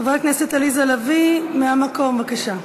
חברת הכנסת עליזה לביא, מהמקום, בבקשה.